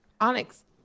Onyx